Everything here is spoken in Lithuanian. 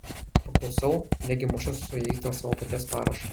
paklusau negi mušiuos su jais dėl savo paties parašo